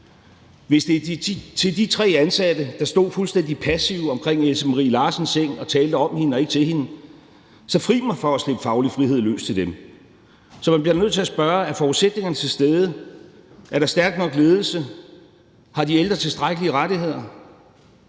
Hvis det er til de tre ansatte, der stod fuldstændig passive omkring Else Marie Larsens seng og talte om hende og ikke til hende, så fri mig for at slippe faglig frihed løs til dem. Man bliver nødt til at spørge: Er forudsætningerne til stede, er der stærk nok ledelse, og har de ældre tilstrækkelige rettigheder?